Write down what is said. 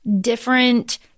different